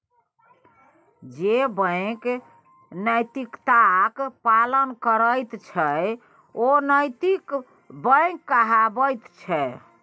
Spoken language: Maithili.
जे बैंक नैतिकताक पालन करैत छै ओ नैतिक बैंक कहाबैत छै